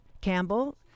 Campbell